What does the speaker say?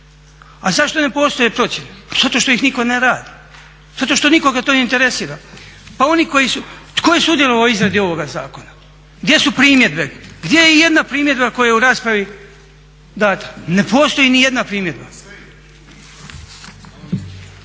A zašto ne postoje procjene? Pa zato što ih nitko ne radi, zato što nikoga to ne interesira. Pa oni koji su, tko je sudjelovao u izradi ovoga zakona? Gdje su primjedbe? Gdje je i jedna primjedba koja je u raspravi dana? Ne postoji ni jedna primjedba.